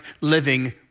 living